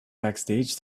backstage